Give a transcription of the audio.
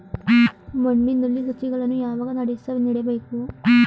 ಮಣ್ಣಿನಲ್ಲಿ ಸಸಿಗಳನ್ನು ಯಾವಾಗ ನೆಡಬೇಕು?